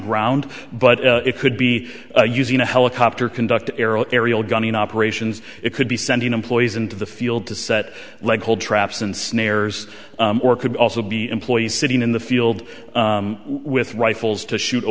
ground but it could be using a helicopter conduct aerial gunning operations it could be sending employees into the field to set like hold traps and snares or could also be employees sitting in the field with rifles to shoot a